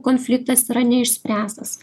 konfliktas yra neišspręstas